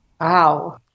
Wow